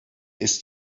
ist